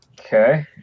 Okay